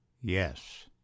Yes